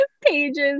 pages